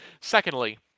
Secondly